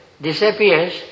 disappears